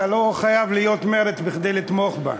אתה לא חייב להיות מרצ כדי לתמוך בה.